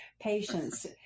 Patience